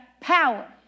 power